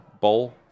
Bowl